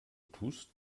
tust